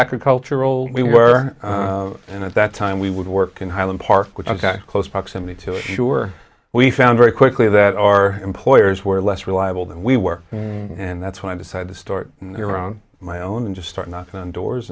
agricultural we were and at that time we would work in highland park which was close proximity to assure we found very quickly that our employers were less reliable than we were and that's when i decided to start their own my own and just start knocking on doors